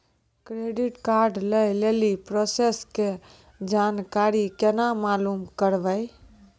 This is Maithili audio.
क्रेडिट कार्ड लय लेली प्रोसेस के जानकारी केना मालूम करबै?